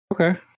Okay